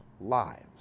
lives